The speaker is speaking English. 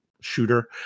shooter